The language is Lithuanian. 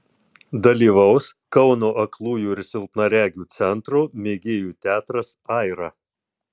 dalyvaus kauno aklųjų ir silpnaregių centro mėgėjų teatras aira